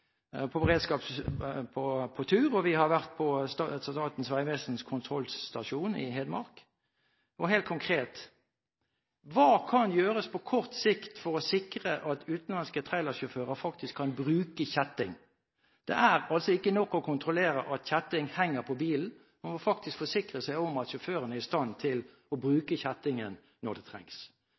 vi nylig vært på tur med komiteen, og vi har vært på Statens vegvesens kontrollstasjon i Hedmark. Helt konkret: Hva kan gjøres på kort sikt for å sikre at utenlandske trailersjåfører faktisk kan bruke kjetting? Det er altså ikke nok å kontrollere at kjetting henger på bilen. Man må faktisk forsikre seg om at sjåføren er i stand til å bruke kjettingen når det trengs.